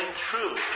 true